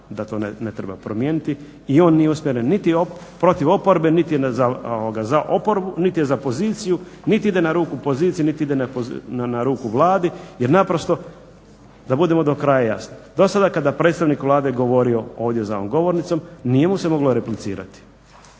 da to ne treba promijeniti. I on nije usmjeren niti protiv oporbe niti za oporbu, niti za poziciju, niti ide na ruku pozicije niti ide na ruku Vladi jer naprosto da budemo do kraja jasni, do sada kada je predstavnik Vlade govorio za ovom govornicom nije mu se moglo replicirati.